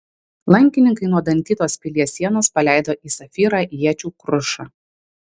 lankininkai nuo dantytos pilies sienos paleido į safyrą iečių krušą